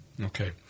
Okay